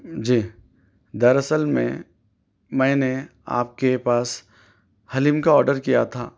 جی دراصل میں میں نے آپ کے پاس حلیم کا آرڈر کیا تھا